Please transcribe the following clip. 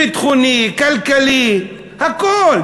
ביטחוני, כלכלי, הכול.